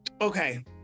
okay